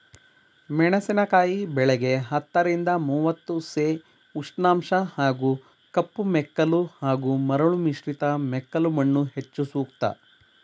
ಮೆಣಸಿನಕಾಯಿ ಬೆಳೆಗೆ ಹತ್ತರಿಂದ ಮೂವತ್ತು ಸೆ ಉಷ್ಣಾಂಶ ಹಾಗೂ ಕಪ್ಪುಮೆಕ್ಕಲು ಹಾಗೂ ಮರಳು ಮಿಶ್ರಿತ ಮೆಕ್ಕಲುಮಣ್ಣು ಹೆಚ್ಚು ಸೂಕ್ತ